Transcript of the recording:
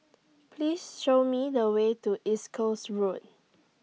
Please Show Me The Way to East Coast Road